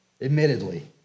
admittedly